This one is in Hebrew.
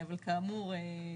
אבל כאמור,